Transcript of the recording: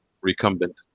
recumbent